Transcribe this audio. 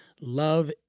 Love